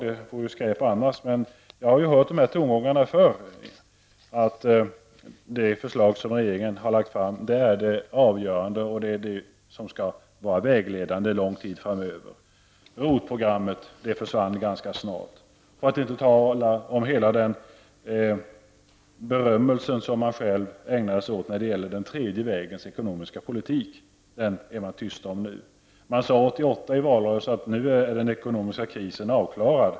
Jag har hört dessa tongångar förr, nämligen att det förslag som regeringen har lagt fram är det avgörande och det som skall vara vägledande en lång tid framöver. ROT-programmet försvann ganska snart, för att inte tala om hela den berömmelse som man ägnade sig åt när det gäller den tredje vägens ekonomiska politik -- den är man nu tyst om. År 1988 sade man i valrörelsen att den ekonomiska krisen är avklarad.